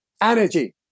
Energy